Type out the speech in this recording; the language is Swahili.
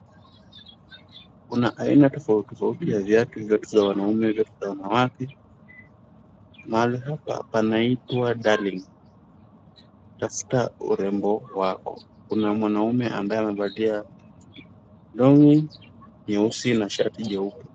Kuna aina tofauti tofauti ya viatu, viatu vya wanaume viatu vya wanawake. Mahali hapa panaitwa Darling tafuta urembo wako. Kuna mwanaume ambaye amevalia long'i nyeusi na shati jeupe.